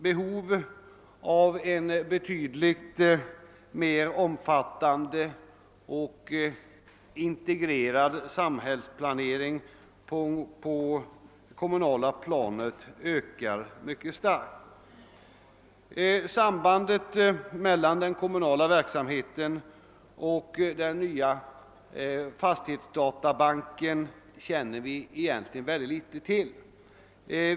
Behovet av en betydligt mer omfattande och integrerad samhällsplanering på det kommunala planet ökar mycket kraftigt. Sambandet mellan den kommunala verksamheten och den nya fastighetsdatabanken känner vi egentligen till mycket litet om.